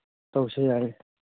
ꯇꯧꯁꯦ ꯌꯥꯏꯌꯦ